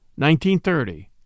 1930